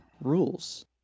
rules